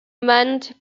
manned